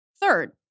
Third